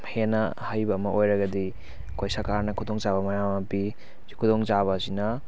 ꯍꯦꯟꯅ ꯍꯩꯕ ꯑꯃ ꯑꯣꯏꯔꯒꯗꯤ ꯑꯩꯈꯣꯏ ꯁꯔꯀꯥꯔꯅ ꯈꯨꯗꯣꯡꯆꯥꯕ ꯃꯌꯥꯝ ꯑꯃ ꯄꯤ ꯈꯨꯗꯣꯡꯆꯥꯕꯑꯁꯤꯅ